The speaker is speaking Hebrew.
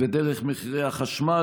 ודרך מחירי החשמל,